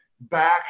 back